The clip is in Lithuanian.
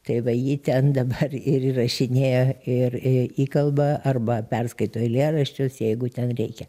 tai va ji ten dabar ir įrašinėja ir i įkalba arba perskaito eilėraščios jeigu ten reikia